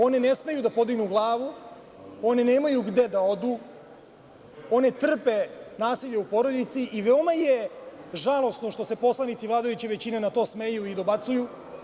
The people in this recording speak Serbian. One ne smeju da podignu glavu, one nemaju gde da odu, one trpe nasilje u porodici i veoma je žalosno što se poslanici vladajuće većine na to smeju i dobacuju.